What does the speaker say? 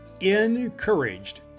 encouraged